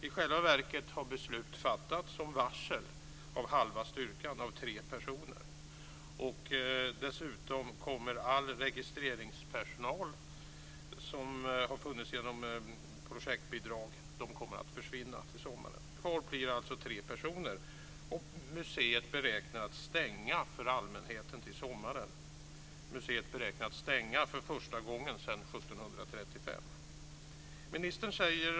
I själva verket har beslut fattats om varsel av halva styrkan, av tre personer. Dessutom kommer all den registreringspersonal som funnits genom projektbidrag att försvinna till sommaren. Kvar blir alltså tre personer. Museet beräknar att stänga för allmänheten till sommaren. Det är första gången sedan år 1735 som museet beräknar att stänga.